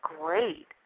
great